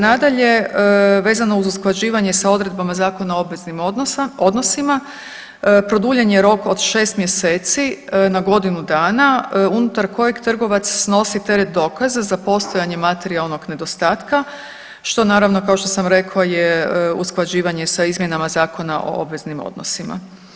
Nadalje vezano uz usklađivanje sa odredbama Zakona o obveznim odnosima produljen je rok od šest mjeseci na godinu dana unutar kojeg trgovac snosi teret dokaza za postojanje materijalnog nedostatka što naravno kao što sam rekla je usklađivanje sa izmjenama Zakona o obveznim odnosima.